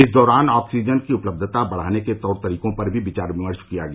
इस दौरान ऑक्सीजन की उपलब्धता बढ़ाने के तौर तरीकों पर भी विचार विमर्श किया गया